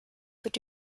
wird